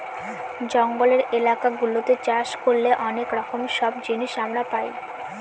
জঙ্গলের এলাকা গুলাতে চাষ করলে অনেক রকম সব জিনিস আমরা পাই